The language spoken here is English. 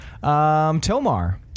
Tomar